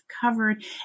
covered